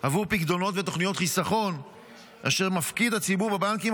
עבור פיקדונות ותוכניות חיסכון אשר מפקיד הציבור בבנקים,